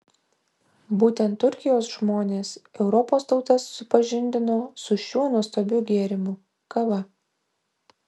būtent turkijos žmonės europos tautas supažindino su šiuo nuostabiu gėrimu kava